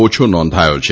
ઓછો નોંધાયો છે